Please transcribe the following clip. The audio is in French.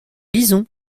lisons